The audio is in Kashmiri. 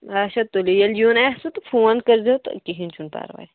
آچھا تُلِو ییٚلہِ یُن آسوٕ تہٕ فون کٔرزیٚو تہٕ کِہیٖنۍ چھُنہٕ پَرواے